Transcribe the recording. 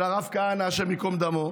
של הרב כהנא, השם ייקום דמו,